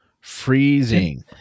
Freezing